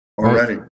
already